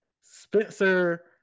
Spencer